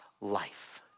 life